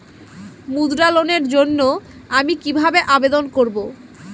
মুদ্রা লোনের জন্য আমি কিভাবে আবেদন করবো?